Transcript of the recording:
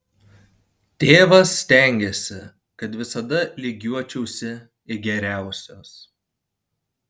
tėvas stengėsi kad visada lygiuočiausi į geriausius